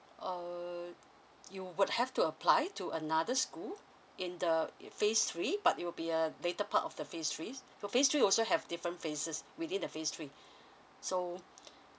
uh you would have to apply to another school in the phase three but it'll be a later part of the phase three so phase three also have different phases within the phase three so